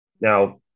Now